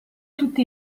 tutti